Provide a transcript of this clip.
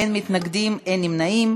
אין מתנגדים ואין נמנעים.